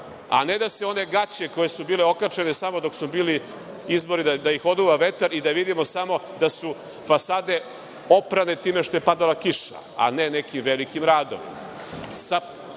a ne da se one gaće, koje su bile okačene, samo dok su bili izbori, da ih oduva vetar i da vidimo samo da su fasade oprane time što je padala kiša a ne nekim velikim radom.